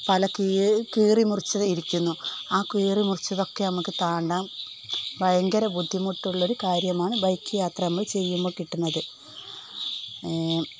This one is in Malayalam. പല കീറിമുറിച്ചിരിക്കുന്നു ആ കീറിമുറിച്ചതൊക്കെ നമുക്ക് താണ്ടാന് ഭയങ്കരം ബുദ്ധിമുട്ടുള്ളൊരു കാര്യമാണ് ബൈക്ക് യാത്ര നമ്മള് ചെയ്യുമ്പോള് കിട്ടുന്നത്